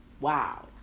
wow